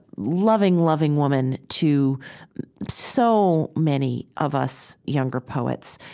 loving loving woman to so many of us younger poets.